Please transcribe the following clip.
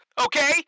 Okay